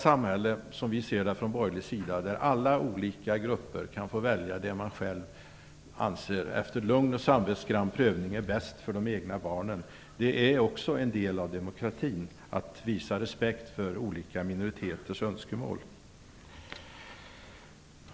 Som vi ser det från borgerlig sida är ett samhälle där alla olika grupper kan få välja det som man efter lugn och samvetsgrann prövning anser är bäst för de egna barnen också en del av demokratin, dvs. respekt för olika minoriteters önskemål.